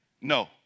No